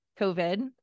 covid